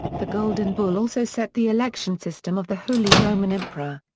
the golden bull also set the election system of the holy roman emperor.